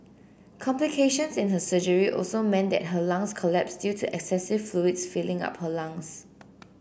complications in her surgery also meant that her lungs collapsed due to excessive fluids filling up her lungs